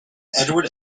edward